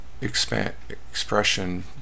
expression